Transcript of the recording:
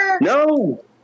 No